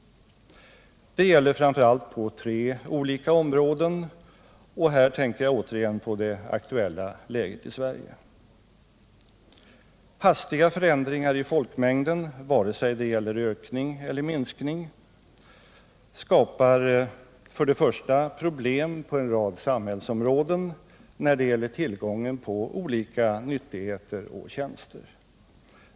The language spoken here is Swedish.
Det gäller framför allt på tre olika områden, och här tänker jag återigen på det aktuella läget i Sverige. Hastiga förändringar i folkmängden — vare sig det gäller ökning eller minskning — skapar för det första problem på en rad samhällsområden när det gäller tillgången på olika nyttigheter och tjänster.